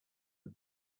that